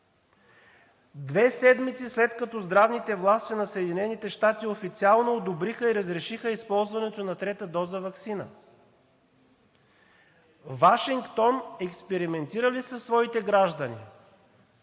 две седмици, след като официалните власти на Съединените щати официално одобриха и разрешиха използването на трета доза ваксина. Вашингтон експериментира ли със своите граждани?